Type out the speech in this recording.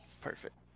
Perfect